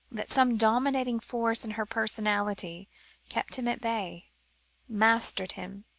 that some dominating force in her personality kept him at bay mastered him,